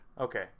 Okay